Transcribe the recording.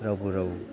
रावबो राव